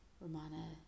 Romana